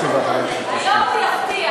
היום הוא יפתיע,